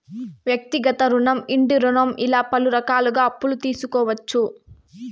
వ్యక్తిగత రుణం ఇంటి రుణం ఇలా పలు రకాలుగా అప్పులు తీసుకోవచ్చు